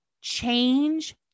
Change